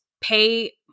pay